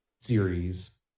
series